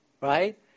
right